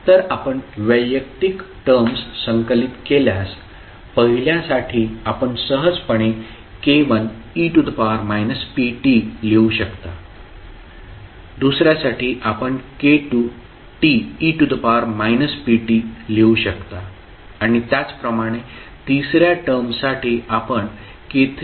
तर आपण वैयक्तिक टर्म्स संकलित केल्यास पहिल्यासाठी आपण सहजपणे k1e pt लिहू शकता दुसर्यासाठी आपण k2t e pt लिहू शकता आणि त्याचप्रमाणे तिसर्या टर्मसाठी आपण k32